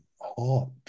hot